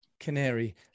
Canary